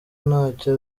ntacyo